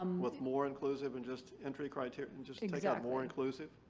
with more inclusive and just entry criteria. and just take like out more inclusive.